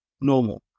normal